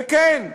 וכן,